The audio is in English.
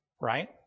Right